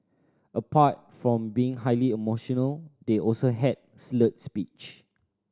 apart from being highly emotional they also had slurred speech